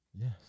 Yes